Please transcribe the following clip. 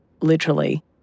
Literally